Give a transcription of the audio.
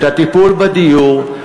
את הטיפול בדיור,